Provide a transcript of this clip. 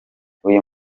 uyu